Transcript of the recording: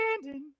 standing